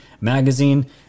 Magazine